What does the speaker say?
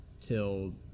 Till